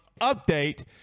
update